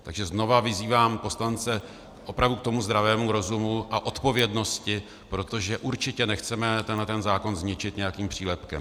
Takže znovu vyzývám poslance opravdu ke zdravému rozumu a odpovědnosti, protože určitě nechceme tento zákon zničit nějakým přílepkem.